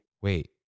Wait